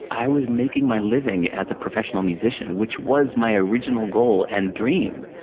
i was making my living as a professional musician, which was my original goal and dream.